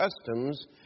customs